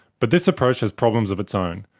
but this approach has problems of its own,